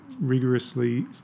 rigorously